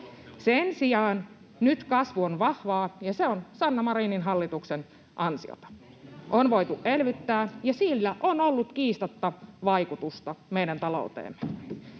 Sen sijaan nyt kasvu on vahvaa, ja se on Sanna Marinin hallituksen ansiota. On voitu elvyttää, ja sillä on ollut kiistatta vaikutusta meidän talouteemme.